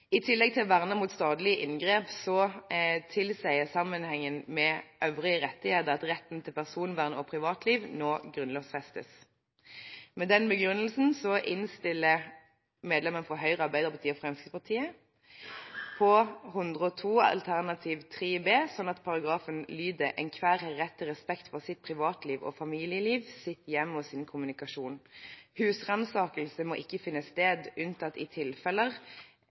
I tillegg til å verne mot statlige inngrep tilsier sammenhengen med øvrige rettigheter at retten til personvern og privatliv nå grunnlovfestes. Med den begrunnelsen innstiller medlemmene fra Høyre, Arbeiderpartiet og Fremskrittspartiet på ny § 102 alternativ 3 B, slik at paragrafen lyder: «Enhver har rett til respekt for sitt privatliv og familieliv, sitt hjem og sin kommunikasjon. Husransakelse må ikke finne sted, unntatt i kriminelle tilfeller.